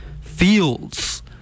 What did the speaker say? Fields